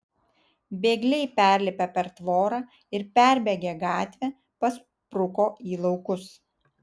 bėgliai perlipę per tvorą ir perbėgę gatvę paspruko į laukus